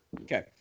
Okay